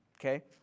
okay